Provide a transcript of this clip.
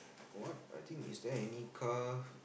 what I think is there any car